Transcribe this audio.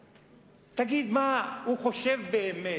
תגיד, מה הוא חושב באמת,